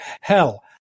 Hell